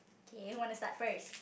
K who want to start first